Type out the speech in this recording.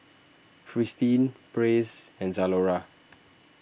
Fristine Praise and Zalora